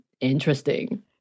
Interesting